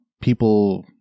people